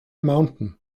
mountain